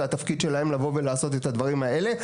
זה התפקיד שלהם לבוא ולעשות את הדברים האלה.